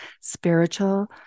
spiritual